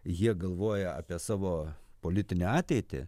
jie galvoja apie savo politinę ateitį